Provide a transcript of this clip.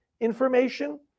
information